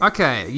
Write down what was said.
Okay